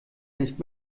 nicht